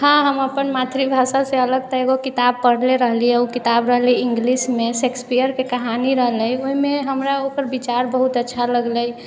हँ हम अपन मातृभाषासँ अलग तऽ एगो किताब पढ़ले रहलिए ओ किताब रहलै इङ्गलिशमे शेक्सपियरके कहानी रहलै ओहिमे हमरा ओकर विचार बहुत अच्छा लगलै